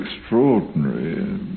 extraordinary